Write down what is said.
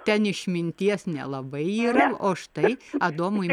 ten išminties nelabai yra o štai adomui